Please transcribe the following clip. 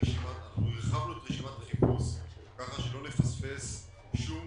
הרחבנו את רשימת החיפוש כך שלא נפספס שום